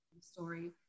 story